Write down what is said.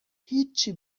هیچی